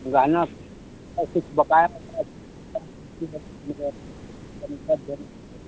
गहना और कुछ बकाया ओकाया